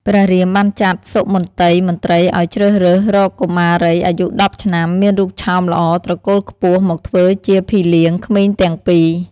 ព្រះរាមបានចាត់សុមន្តីមន្ត្រីឱ្យជ្រើសរើសរកកុមារីអាយុ១០ឆ្នាំ មានរូបឆោមល្អត្រកូលខ្ពស់មកធ្វើជាភីលៀងក្មេងទាំងពីរ។